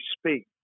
speak